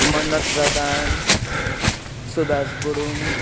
मनद प्रधान सुबास गुरुङ